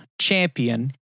champion